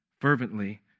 fervently